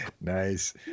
nice